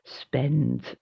spend